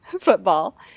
football